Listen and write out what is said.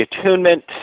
attunement